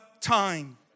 time